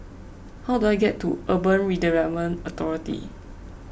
how do I get to Urban Redevelopment Authority